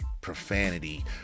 profanity